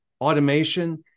automation